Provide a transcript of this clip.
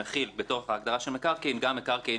שמכיל בתוך ההגדרה של מקרקעין גם מקרקעין